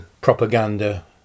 propaganda